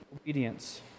obedience